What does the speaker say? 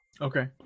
Okay